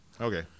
Okay